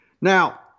Now